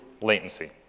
latency